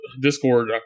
Discord